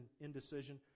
indecision